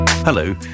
Hello